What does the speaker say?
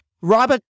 Robert